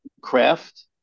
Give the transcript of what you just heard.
craft